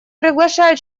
приглашаю